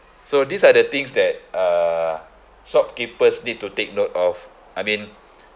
so these are the things that err shopkeepers need to take note of I mean